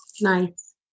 Nice